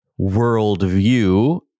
worldview